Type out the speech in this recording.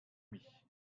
mich